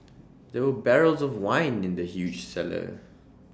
there were barrels of wine in the huge cellar